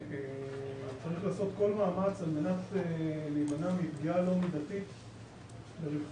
וצריך לעשות כל מאמץ על מנת להימנע מפגיעה לא מידתית ברווחתם.